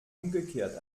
umgekehrt